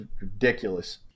ridiculous